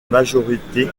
majorité